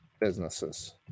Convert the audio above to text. businesses